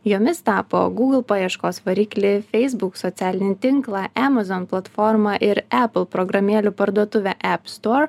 jomis tapo gūgl paieškos variklį feisbuk socialinį tinklą emazon platformą ir epil programėlių parduotuvę epstor